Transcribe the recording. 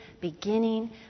beginning